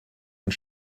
und